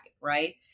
right